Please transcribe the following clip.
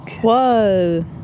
Whoa